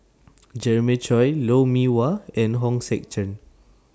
Jeremiah Choy Lou Mee Wah and Hong Sek Chern